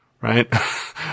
right